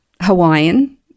Hawaiian